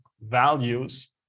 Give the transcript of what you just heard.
values